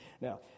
Now